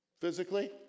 physically